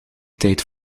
tijd